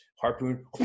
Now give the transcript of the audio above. harpoon